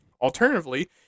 Alternatively